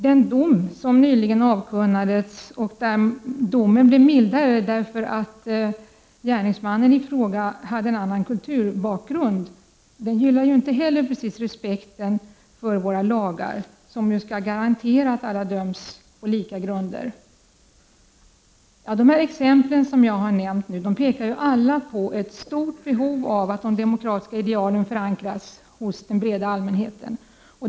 Den dom som nyligen avkunnades och som blev mildare än för liknande brott därför att gärningsmannen hade en annan kulturbakgrund främjar inte heller respekten för våra lagar, som ju skall garantera att alla döms på lika grunder. De exempel jag nämnt pekar alla på ett stort behov av att de demokratiska idealen förankras hos den breda allmänheten.